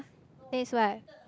then it's what